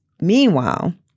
Meanwhile